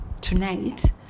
tonight